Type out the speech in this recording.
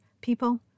People